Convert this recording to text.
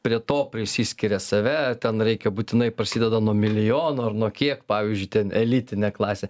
prie to prisiskiria save ten reikia būtinai prasideda nuo milijono ar nuo kiek pavyzdžiui ten elitinė klasė